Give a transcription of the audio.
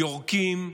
יורקים,